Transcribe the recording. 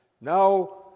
Now